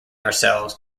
ourselves